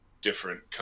different